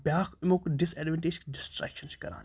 بیٛاکھ اَمیُک disadvantage distraction چھِ کَران یہِ